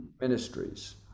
Ministries